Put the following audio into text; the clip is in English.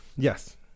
Yes